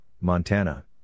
Montana